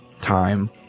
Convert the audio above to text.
time